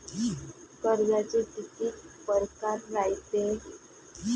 कर्जाचे कितीक परकार रायते?